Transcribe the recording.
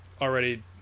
already